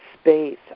space